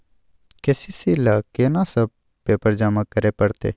KCC ल केना सब पेपर जमा करै परतै?